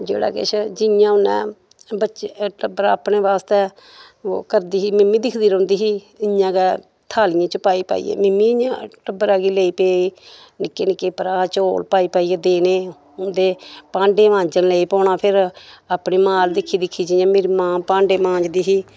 जेह्ड़ा किश जि'यां उ'नें बच्चे टब्बरा अपने बास्तै ओह् करदी ही मिमी दिक्खदी रौहंदी ही इ'यां गै थालियें च पाई पाई मिमी इ'यां टब्बरा गी लेई पेई नि'क्के नि'क्के भ्राऽ चौल पाई पाइये देने ते भांडे मांजन लेई पौना फिर अपनी मां ई दिक्खी दिक्खी जि'यां मेरी मां भांडे मांजदी ही